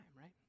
right